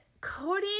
Cody